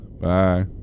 Bye